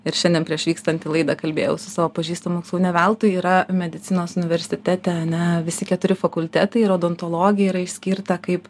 ir šiandien prieš vykstant į laidą kalbėjau su savo pažįstamu ne veltui yra medicinos universitete ar ne visi keturi fakultetai ir odontologija yra išskirta kaip